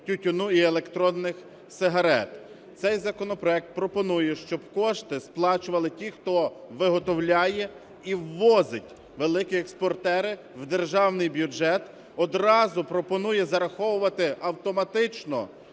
тютюну і електронних сигарет. Цей законопроект пропонує, щоб кошти сплачували ті, хто виготовляє і ввозить, великі експортери, в державний бюджет, одразу пропонує зараховувати автоматично